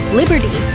liberty